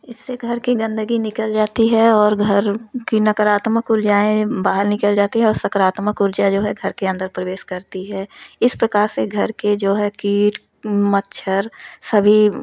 इससे घर की गंदगी निकल जाती है और घर की नकारात्मक उर्जाएँ बाहर निकल जाती हैं और सकारात्मक ऊर्जा जो है घर के अंदर प्रवेश करती है इस प्रकार से घर के जो है कीट मच्छर सभी